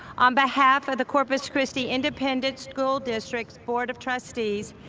on behalf of the corpus christi independent school district's board of trustees,